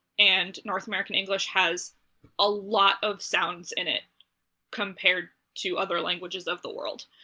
and north american english has a lot of sounds in it compared to other languages of the world.